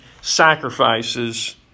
sacrifices